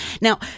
Now